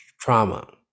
trauma